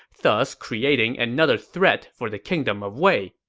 thus creating another threat for the kingdom of wei.